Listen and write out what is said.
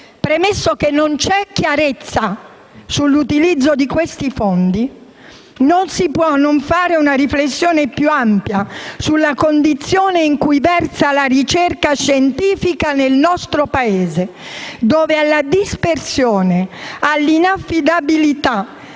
Premesso che non c'è chiarezza sull'utilizzo di questi fondi, non si può non fare una riflessione più ampia sulla condizione in cui versa la ricerca scientifica nel nostro Paese, dove alla dispersione, all'inaffidabilità,